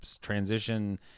transition